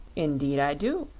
indeed i do.